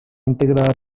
integrada